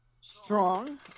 strong